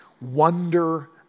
wonder